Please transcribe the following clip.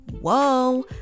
Whoa